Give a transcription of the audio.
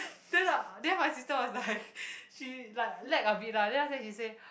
then lah then my sister was like she like lag a bit lah then after she said